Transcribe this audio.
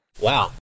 Wow